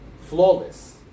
flawless